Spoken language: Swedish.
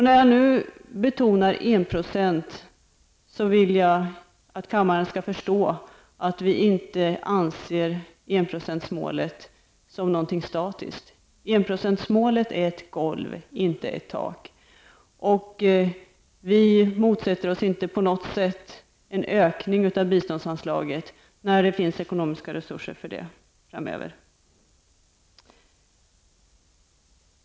När jag nu betonar en procent vill jag att kammaren skall förstå att vi inte anser enprocentsmålet som någonting statiskt. Enprocentsmålet är ett golv inte ett tak. Vi motsätter oss inte på något sätt en ökning av biståndsanslaget när det finns ekonomiska resurser för det framöver.